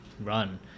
run